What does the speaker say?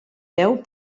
peu